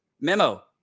memo